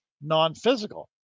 non-physical